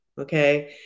Okay